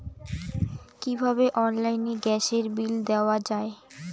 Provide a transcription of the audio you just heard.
কিভাবে অনলাইনে গ্যাসের বিল দেওয়া যায়?